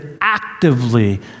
actively